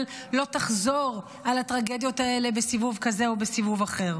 לא תחזור על הטרגדיות האלה בסיבוב כזה או בסיבוב אחר.